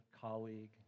colleague